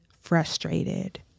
frustrated